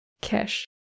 Cash